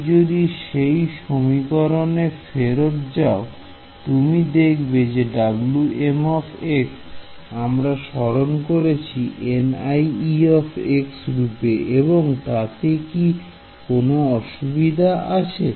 তুমি যদি সেই সমীকরণে ফেরত যাও তুমি দেখবে যে Wm আমরা স্মরণ করছি রূপে এবং তাতে কি কোন অসুবিধা আছে